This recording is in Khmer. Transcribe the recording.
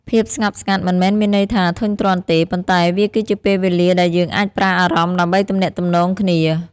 ភាពស្ងប់ស្ងាត់មិនមែនមានន័យថាធុញទ្រាន់ទេ ប៉ុន្តែវាគឺជាពេលវេលាដែលយើងអាចប្រើអារម្មណ៍ដើម្បីទំនាក់ទំនងគ្នា។